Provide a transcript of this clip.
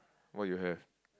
what you have